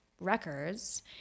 records